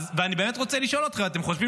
ואני באמת רוצה לשאול אתכם: אתם חושבים